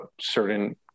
certain